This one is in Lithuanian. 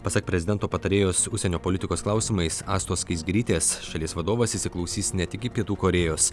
pasak prezidento patarėjos užsienio politikos klausimais astos skaisgirytės šalies vadovas įsiklausys ne tik į pietų korėjos